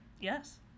Yes